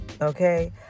okay